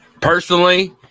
personally